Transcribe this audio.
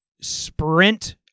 sprint